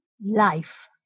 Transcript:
life